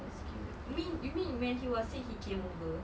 that's cute you mean you mean when he was sick he came over